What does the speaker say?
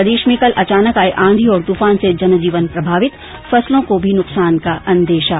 प्रदेश में कल अचानक आये आंधी और तूफान से जनजीवन प्रभावित फसलों को भी नुकसान का अंदेशा